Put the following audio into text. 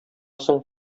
соң